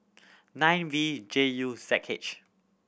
nine V J U Z H